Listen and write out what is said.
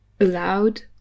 allowed